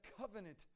covenant